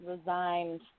resigned